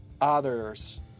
others